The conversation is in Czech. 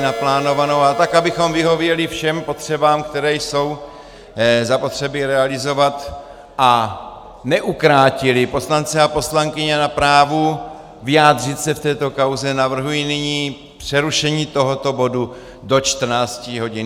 A tak, abychom vyhověli všem potřebám, které jsou zapotřebí realizovat a neukrátili poslance a poslankyně na právu vyjádřit se k této kauze, navrhuji nyní přerušení tohoto bodu do 14.40 hodin.